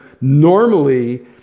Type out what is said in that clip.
normally